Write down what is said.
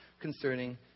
concerning